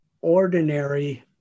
ordinary